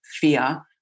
fear